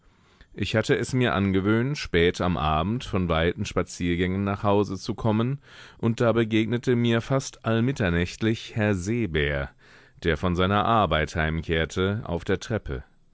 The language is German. ich hatte es mir angewöhnt spät am abend von weiten spaziergängen nach hause zu kommen und da begegnete mir fast allmitternächtlich herr seebär der von seiner arbeit heimkehrte auf der treppe